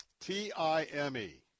T-I-M-E